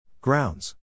Grounds